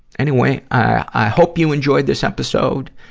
anyway, i, i hope you enjoyed this episode.